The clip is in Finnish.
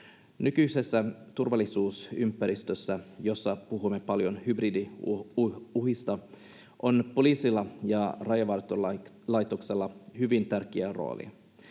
Nykyisessä turvallisuusympäristössä, jossa puhumme paljon hybridiuhista, on poliisilla ja Rajavartiolaitoksella hyvin tärkeä rooli.